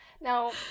Now